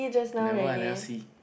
never I never see